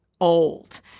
old